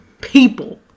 People